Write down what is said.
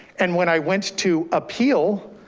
and when i went to appeal,